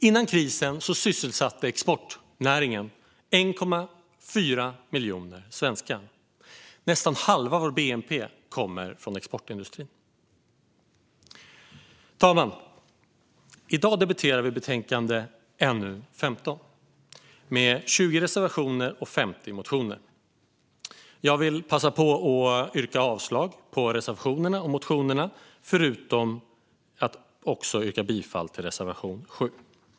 Före krisen sysselsatte exportnäringen 1,4 miljoner svenskar, och nästan halva vår bnp kommer från exportindustrin. Herr talman! I dag debatterar vi betänkandet NU15, som innehåller 20 reservationer och 50 motioner. Jag yrkar avslag på motionerna och reservationerna. Undantaget är reservation 7, som jag yrkar bifall till.